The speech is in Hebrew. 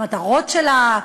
המטרות שלה,